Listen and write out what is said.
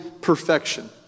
perfection